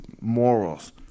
morals